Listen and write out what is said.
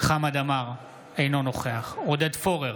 חמד עמאר, אינו נוכח עודד פורר,